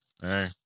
hey